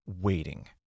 waiting